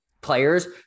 players